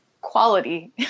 quality